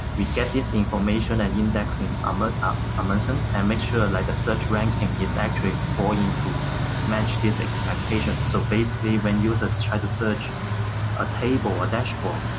we get this information and indexing um ah ah amundsen and make sure the like search ranking is actually fall into match this expectation. so basically, when users try to search a table, a dashboard,